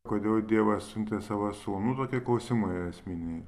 kodėl dievas atsiuntė savo sūnų tokie klausimai esminiai